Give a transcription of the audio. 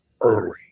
early